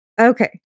Okay